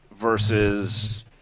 versus